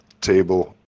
table